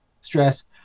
stress